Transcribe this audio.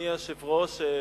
אדוני היושב-ראש,